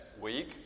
week